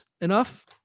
enough